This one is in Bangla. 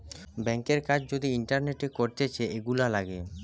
ব্যাংকের কাজ যদি ইন্টারনেটে করতিছে, এগুলা লাগে